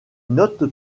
notes